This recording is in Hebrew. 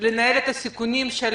לנהל את הסיכונים של